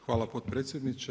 Hvala potpredsjedniče.